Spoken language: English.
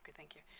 thank you.